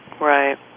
Right